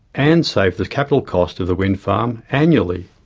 and save the capital cost of the wind farm, annually.